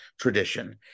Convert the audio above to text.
tradition